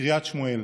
קריית שמואל,